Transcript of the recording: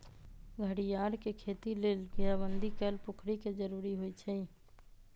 घरियार के खेती लेल घेराबंदी कएल पोखरि के जरूरी होइ छै